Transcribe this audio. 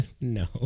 No